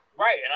right